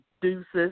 deuces